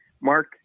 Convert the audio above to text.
Mark